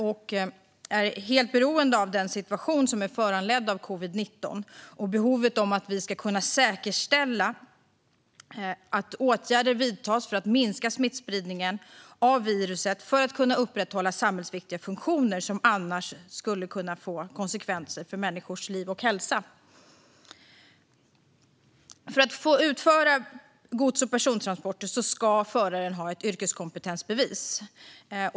Det är helt nödvändigt i den situation som är föranledd av covid-19 att vi kan säkerställa att åtgärder vidtas för att minska smittspridningen av viruset och upprätthålla samhällsviktiga funktioner, vilket annars skulle kunna få konsekvenser för människors liv och hälsa. För att få utföra gods och persontransporter ska föraren ha ett yrkeskompetensbevis.